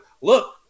look